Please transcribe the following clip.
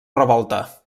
revolta